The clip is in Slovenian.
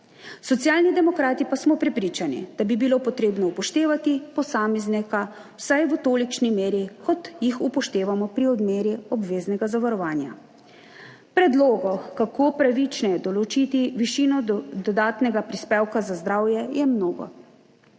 Socialni demokrati pa smo prepričani, da bi bilo treba upoštevati posameznika vsaj v tolikšni meri, kot jih upoštevamo pri odmeri obveznega zavarovanja. Predlogov, kako pravičneje določiti višino dodatnega prispevka za zdravje, je mnogo.